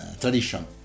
tradition